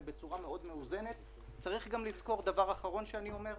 ובצורה ראויה ושבסוף הערך שלה מגיע לציבור.